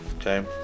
okay